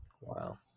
Wow